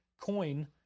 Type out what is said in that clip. coin